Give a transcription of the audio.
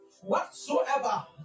Whatsoever